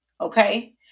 Okay